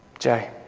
Jay